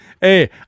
Hey